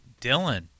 Dylan